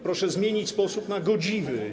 Proszę zmienić sposób na godziwy.